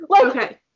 Okay